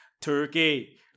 Turkey